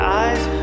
eyes